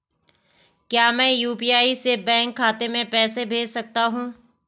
क्या मैं यु.पी.आई से बैंक खाते में पैसे भेज सकता हूँ?